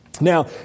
Now